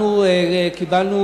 אנחנו קיבלנו